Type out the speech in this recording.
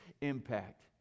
impact